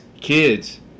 Kids